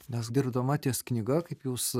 nes dirbama ties knyga kaip jūs